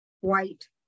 white